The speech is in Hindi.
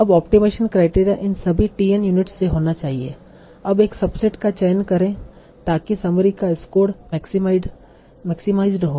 अब ऑप्टिमाइजेशन क्राइटेरिया इन सभी t n यूनिट्स से होना चाहिए अब एक सबसेट का चयन करें ताकि समरी का स्कोर मैक्सीमाईजड हो